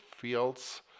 fields